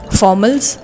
formals